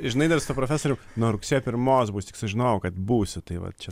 žinai dar su tuo profesorium nuo rugsėjo pirmos bus tik sužinojau kad būsiu tai vat čia